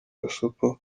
gasopo